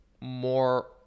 more